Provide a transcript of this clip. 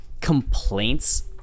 complaints